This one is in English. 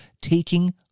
taking